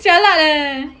jialat eh